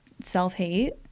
self-hate